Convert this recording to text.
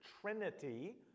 Trinity